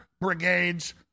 brigades